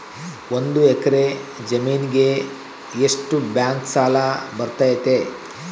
ಒಂದು ಎಕರೆ ಜಮೇನಿಗೆ ಎಷ್ಟು ಬ್ಯಾಂಕ್ ಸಾಲ ಬರ್ತೈತೆ?